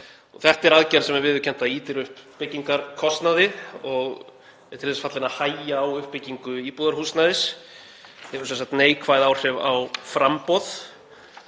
Þetta er aðgerð sem er viðurkennt að ýtir upp byggingarkostnaði og er til þess fallin að hægja á uppbyggingu íbúðarhúsnæðis, hefur sem sagt neikvæð áhrif á framboð